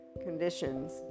conditions